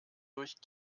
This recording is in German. durch